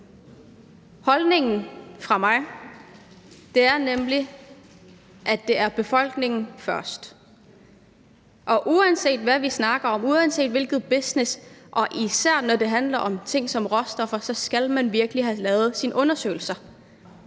holdning er nemlig, at det er befolkningen først, og uanset hvad vi snakker om, uanset hvilken business det er, og især når det handler om ting som råstoffer, så skal man virkelig have lavet sine undersøgelser,